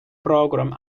programme